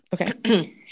Okay